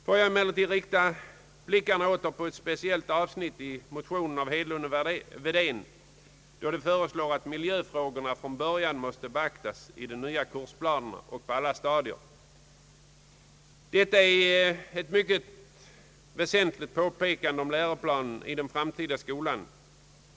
Får jag emellertid åter rikta blickarna på ett speciellt avsnitt i motionen av herrar Hedlund och Wedén, nämligen då de föreslår att miljöfrågorna från början måste beaktas i de nya kursplanerna på alla stadier. Detta är ett mycket väsentligt påpekande om läroplanen i den framtida skolan.